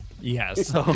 Yes